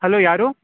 hello ಯಾರು